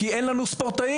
כי אין לנו ספורטאים.